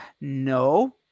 No